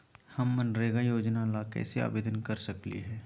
हम मनरेगा योजना ला कैसे आवेदन कर सकली हई?